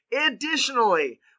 Additionally